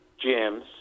gyms